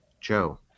Joe